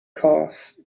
costs